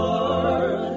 Lord